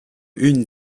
une